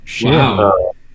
Wow